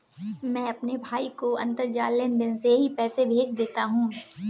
मैं अपने भाई को अंतरजाल लेनदेन से ही पैसे भेज देता हूं